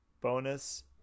Bonus